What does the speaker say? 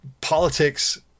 politics